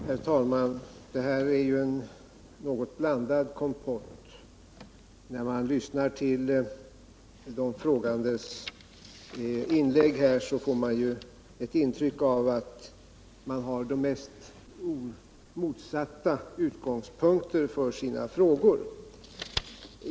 Herr talman! Detta är en något blandad kompott. När man lyssnar på de frågandes inlägg, får man ett intryck av att de har de mest motsatta utgångspunkter för sina frågor.